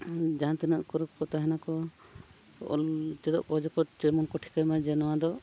ᱡᱟᱦᱟᱸ ᱛᱤᱱᱟᱹᱜ ᱠᱚᱨᱮᱜ ᱠᱚ ᱛᱟᱦᱮᱱᱟᱠᱚ ᱚᱞ ᱪᱮᱫᱚᱜ ᱚᱠᱚᱭ ᱫᱚ ᱴᱷᱤᱠᱟᱹᱭ ᱢᱟ ᱱᱚᱣᱟ ᱫᱚ